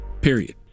Period